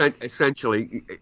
essentially